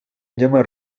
llamar